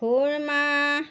খুৰ্মা